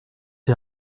die